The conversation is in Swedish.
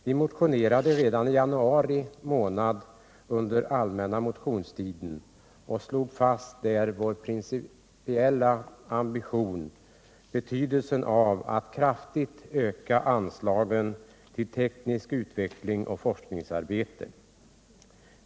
Vi motionerade redan i januari månad under allmänna motionstiden och slog då fast vår principiella ambition och framhöll betydelsen av att kraftigt öka anslagen till teknisk utveckling och forskning.